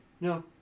No